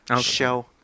show